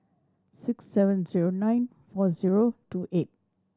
six seven zero nine four zero two eight